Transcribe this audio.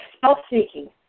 self-seeking